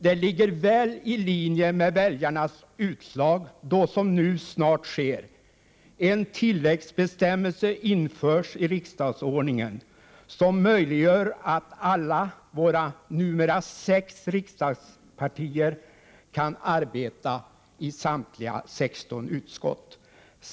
Det ligger väl i linje med väljarnas utslag då, som nu snart sker, en tilläggsbestämmelse införs i riksdagsordningen som möjliggör att alla våra numera sex riksdagspartier kan arbeta i samtliga sexton utskott.